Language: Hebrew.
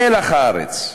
מלח הארץ,